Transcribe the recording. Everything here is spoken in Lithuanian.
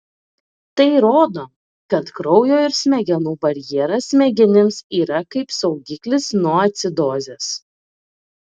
tai rodo kad kraujo ir smegenų barjeras smegenims yra kaip saugiklis nuo acidozės